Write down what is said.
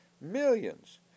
millions